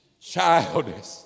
childish